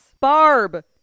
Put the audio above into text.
Barb